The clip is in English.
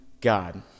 God